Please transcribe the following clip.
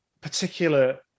particular